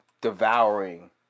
devouring